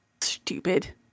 stupid